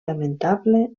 lamentable